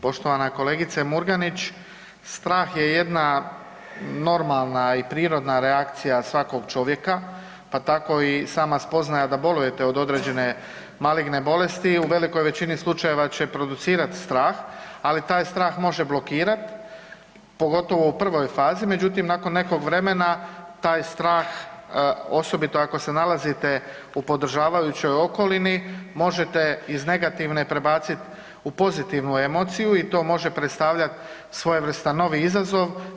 Poštovana kolegice Murganić, strah je jedna normalna i prirodna reakcija svakog čovjeka pa tako i sama spoznaja da bolujete od određene maligne bolesti u velikoj većini slučajeva će producirati strah, ali taj strah može blokirat pogotovo u prvoj fazi, međutim nakon nekog vremena taj strah osobito ako se nalazite u podržavajućoj okolini možete iz negativne prebacit u pozitivnu emociju i to može predstavljat svojevrstan novi izazov.